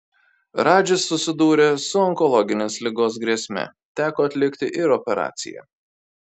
radžis susidūrė su onkologinės ligos grėsme teko atlikti ir operaciją